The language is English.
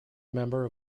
member